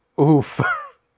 oof